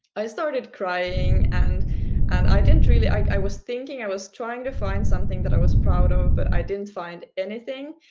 i started crying, and and i didn't really i was thinking, i was trying to find something that i was proud of, but i didn't find anything,